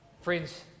Friends